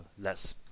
Less